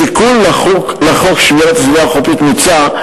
בתיקון לחוק שמירת הסביבה החופית מוצע,